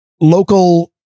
local